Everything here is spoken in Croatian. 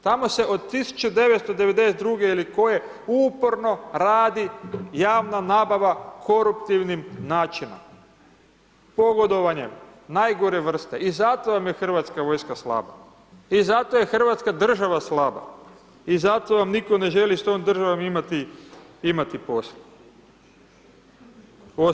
Tamo se od 1992. ili koje, uporno radi javna nabava koruptivnim načinom, pogodovanjem najgore vrste i zato vam je hrvatska vojska slaba, i zato je Hrvatska država slaba, i zato vam nitko ne želi s tom državom imati, imati posla.